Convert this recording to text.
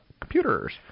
computers